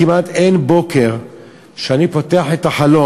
כמעט אין בוקר שאני פותח את החלון,